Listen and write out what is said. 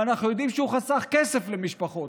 ואנחנו יודעים שהוא חסך כסף למשפחות.